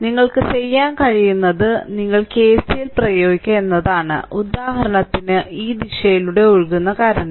നിങ്ങൾക്ക് ചെയ്യാൻ കഴിയുന്നത് നിങ്ങൾ കെസിഎൽ പ്രയോഗിക്കുക എന്നതാണ് ഉദാഹരണത്തിന് ഈ ദിശയിലൂടെ ഒഴുകുന്ന കറന്റ്